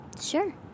sure